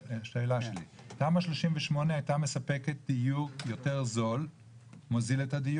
תמ"א 38 הייתה מספקת דיור יותר זול ותוכנית